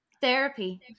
therapy